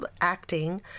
acting